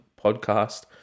podcast